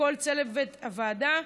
לכל צוות הוועדה,